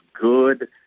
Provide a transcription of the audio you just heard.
good